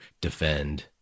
defend